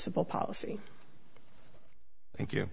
simple policy thank you